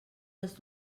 les